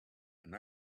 and